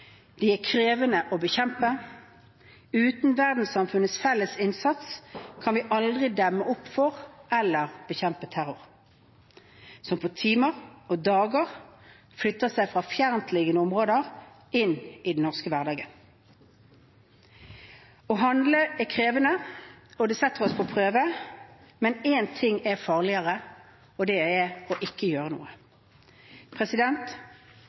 De er krevende å bekjempe. Uten verdenssamfunnets felles innsats kan vi aldri demme opp for eller bekjempe terroren, som på timer og dager flytter seg fra fjerntliggende områder inn i den norske hverdagen. Å handle er krevende, og det setter oss på prøve, men én ting er farligere, og det er ikke å gjøre noe.